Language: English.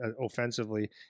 offensively